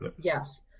Yes